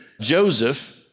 Joseph